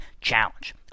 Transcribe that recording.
Challenge